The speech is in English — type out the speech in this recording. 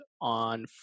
on